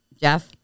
Jeff